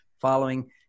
following